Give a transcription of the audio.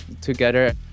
together